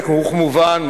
וכמובן,